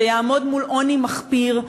שיעמוד מול עוני מחפיר.